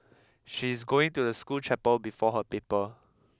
she's going to the school chapel before her paper